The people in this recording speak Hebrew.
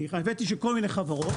הבאתי של כל מיני חברות.